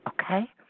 Okay